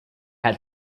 had